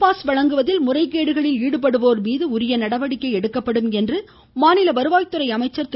pass வழங்குவதில் முறைகேடுகளில் ஈடுபடுவோர் மீது தக்க நடவடிக்கை எடுக்கப்படும் என மாநில வருவாய் துறை அமைச்சர் திரு